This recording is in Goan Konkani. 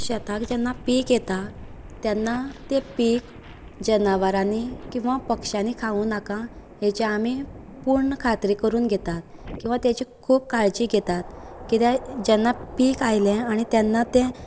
शेताक जेन्ना पीक येता तेन्ना तें पीक जनावरांनी किंवां पक्षांनी खावूं नाका हेची आमी पूर्ण खात्री करून घेतात किंवां तेची खूब काळजी घेतात कित्याक जेन्ना पीक आयले तेन्ना तें